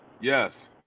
Yes